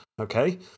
Okay